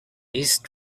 east